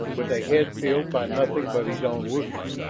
with a head filled by nothing but his own wishes,